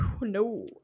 No